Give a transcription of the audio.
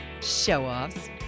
Show-offs